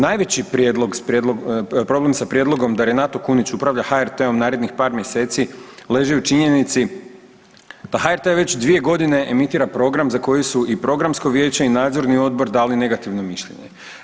Najveći problem s prijedlogom da Renato Kunić upravlja HRT-om narednih par mjeseci leži u činjenici da HRT već 2 godine emitira program za koji su i programsko vijeće i nadzorni odbori dali negativno mišljenje.